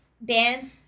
bands